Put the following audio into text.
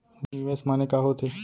निवेश माने का होथे?